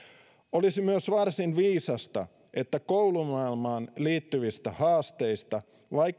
olisi myös varsin viisasta että koulumaailmaan liittyvistä haasteista